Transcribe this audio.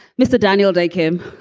mr. daniel day, kim